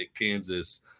Kansas